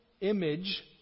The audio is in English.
image